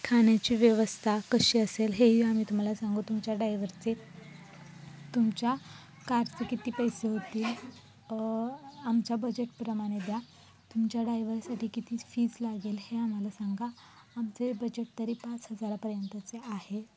खाण्याची व्यवस्था कशी असेल हेही आम्ही तुम्हाला सांगू तुमच्या डायव्हरचे तुमच्या कारचे किती पैसे होतील आमच्या बजेटप्रमाणे द्या तुमच्या डायव्हरसाठी किती फीज लागेल हे आम्हाला सांगा आमचे बजेट तरी पाच हजारापर्यंतचे आहे